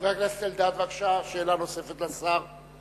חבר הכנסת אלדד, בבקשה, שאלה נוספת לשר.